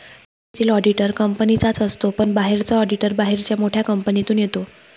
कंपनीतील ऑडिटर कंपनीचाच असतो पण बाहेरचा ऑडिटर बाहेरच्या मोठ्या कंपनीतून येतो